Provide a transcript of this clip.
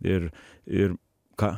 ir ir ką